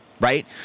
Right